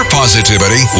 positivity